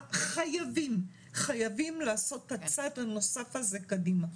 חייבים לעשות את הצעד הנוסף הזה קדימה.